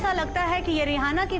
so like that rihana